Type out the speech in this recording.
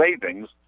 savings